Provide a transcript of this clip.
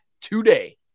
today